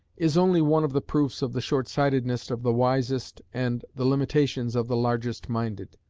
is only one of the proofs of the short-sightedness of the wisest and the limitations of the largest-minded.